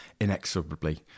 inexorably